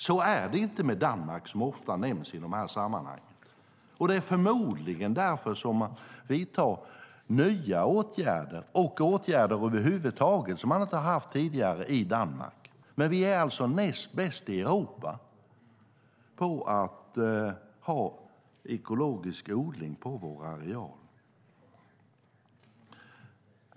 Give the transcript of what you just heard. Så är det inte med Danmark, som ofta nämns i de här sammanhangen. Det är förmodligen därför som Danmark vidtar nya åtgärder, och över huvud taget vidtar åtgärder som inte vidtagits tidigare. Vi är alltså näst bäst i Europa med att ha ekologisk odling på vår areal.